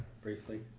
Briefly